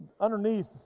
underneath